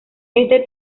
este